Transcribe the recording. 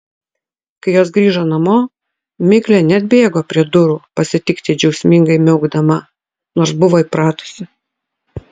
kai jos grįžo namo miglė neatbėgo prie durų pasitikti džiaugsmingai miaukdama nors buvo įpratusi